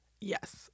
yes